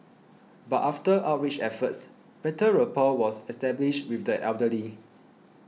but after outreach efforts better rapport was established with the elderly